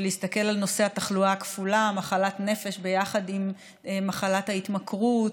של להסתכל על נושא התחלואה הכפולה: מחלת נפש ביחד עם מחלת ההתמכרות,